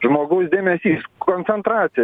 žmogaus dėmesys koncentracija